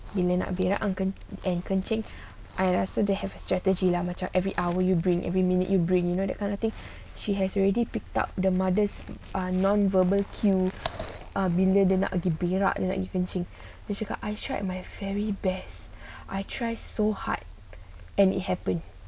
bila nak berak kan dan kencing I rasa dia ada strategi lah macam every one hour you bring every minute you bring you know that kind of thing she has already picked up the mothers are non-verbal cue err bila dia nak pergi berak nak pergi kencing dia cakap I try my very best I try so hard and it happen